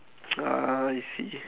ah I see